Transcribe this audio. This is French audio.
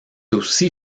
aussi